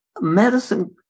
medicine